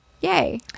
Yay